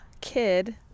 kid